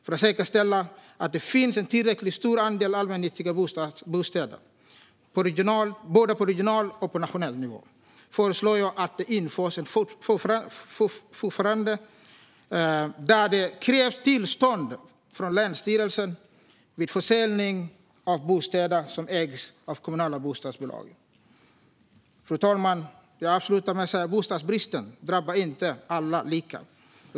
För att säkerställa att det finns en tillräckligt stor andel allmännyttiga bostäder på både regional och nationell nivå föreslår jag att det införs ett förfarande där det krävs tillstånd från länsstyrelsen vid försäljning av bostäder som ägs av kommunala bostadsaktiebolag. Fru talman! Jag avslutar med att säga att bostadsbristen inte drabbar alla lika.